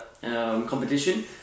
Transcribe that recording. competition